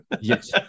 Yes